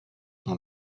dans